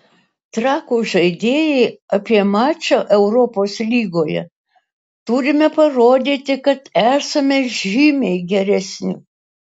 trakų žaidėjai apie mačą europos lygoje turime parodyti kad esame žymiai geresni